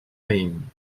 fame